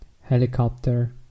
helicopter